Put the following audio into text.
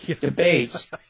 debates